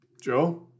Joe